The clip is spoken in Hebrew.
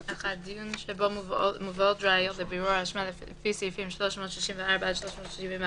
(1)דיון שבו מובאות ראיות לבירור האשמה לפי סעיפים 364 עד 371,